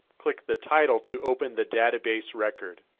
click the title to open the database record.